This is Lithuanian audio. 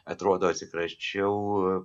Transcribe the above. atrodo atsikračiau